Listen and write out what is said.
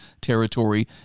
territory